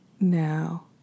now